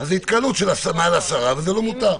זה התקהלות מעל עשרה, וזה לא מותר.